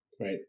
Right